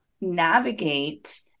navigate